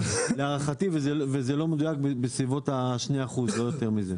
להערכתי וזה לא מדויק בסביבות ה-2% לא יותר מזה.